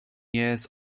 years